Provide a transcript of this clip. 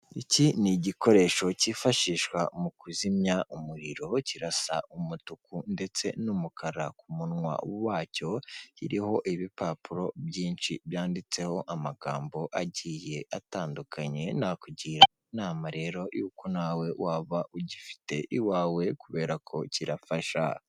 Iki ni igikoresho cyifashishwa mu kuzimya umuriro, kirasa umutuku, ndetse n'umukara ku munwa wacyo, iriho ibipapuro byinshi byanditseho amagambo agiye atandukanye, nakugira inama rero yuko nawe waba ugifite iwawe kubera ko kirafasha.